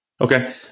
Okay